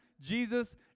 Jesus